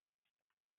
מרדכי".